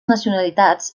nacionalitats